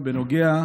בנוגע